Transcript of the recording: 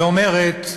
ואומרת,